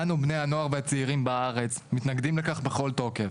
אנו בני הנוער והצעירים בארץ מתנגדים לכך בכל תוקף,